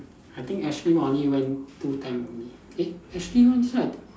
I think Ashley one I only went two time only eh Ashley not inside